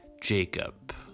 Jacob